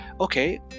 okay